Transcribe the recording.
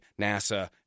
nasa